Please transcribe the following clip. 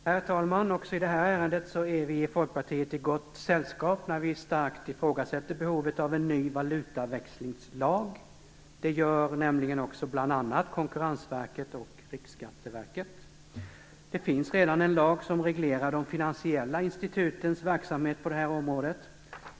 Herr talman! Också i det här ärendet är vi i Folkpartiet i gott sällskap när vi starkt ifrågasätter behovet av en ny valutaväxlingslag. Detsamma gör nämligen också bl.a. Konkurrensverket och Riksskatteverket. Det finns redan en lag som reglerar de finansiella institutens verksamhet på det här området.